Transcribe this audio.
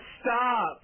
Stop